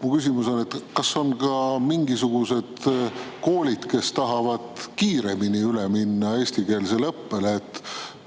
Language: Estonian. Mu küsimus on: kas on ka mingisugused koolid, kes tahavad kiiremini üle minna eestikeelsele õppele?